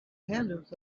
handles